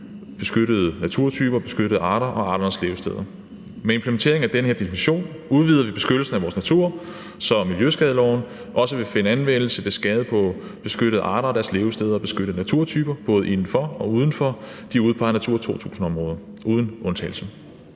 beskyttede naturtyper, beskyttede arter og arternes levesteder. Med implementeringen af den her definition udvider vi beskyttelsen af vores natur, så miljøskadeloven også vil finde anvendelse ved skade på beskyttede arter og deres levesteder og beskyttede naturtyper både inden for og uden for de udpegede Natura 2000-områder uden undtagelse.